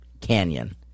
canyon